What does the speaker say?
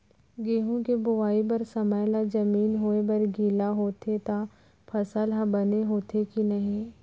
गेहूँ के बोआई बर समय ला जमीन होये बर गिला होथे त फसल ह बने होथे की नही?